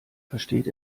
versteht